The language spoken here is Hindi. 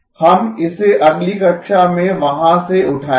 हम इसे अगली कक्षा में वहाँ से उठायेंगें